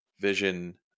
vision